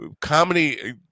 Comedy